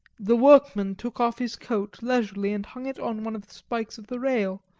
the workman took off his coat leisurely and hung it on one of the spikes of the rail,